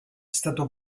stato